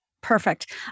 Perfect